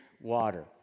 water